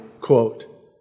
quote